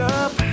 up